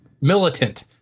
militant